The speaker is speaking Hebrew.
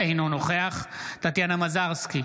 אינו נוכח טטיאנה מזרסקי,